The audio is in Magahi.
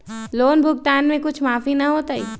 लोन भुगतान में कुछ माफी न होतई?